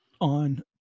on